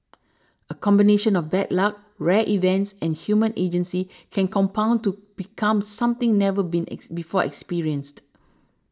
a combination of bad luck rare events and human agency can compound to become something never been before experienced